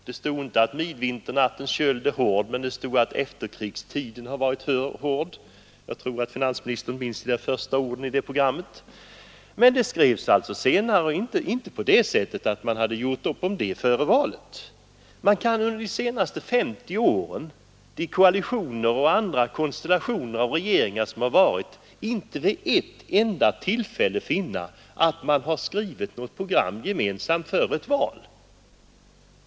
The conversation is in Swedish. Det stod inte att midvinternattens köld är hård, men det stod att efterkrigstiden har varit hård. Jag tror att finansministern minns de där första orden i det programmet. Men det skrevs alltså senare, och det var inte så att man hade gjort upp om det före valet. För de koalitioner och andra konstellationer av regeringar som har varit under de senaste 50 åren kan man inte finna att det vid något enda tillfälle skrivits ett program gemensamt före ett val.